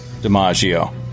DiMaggio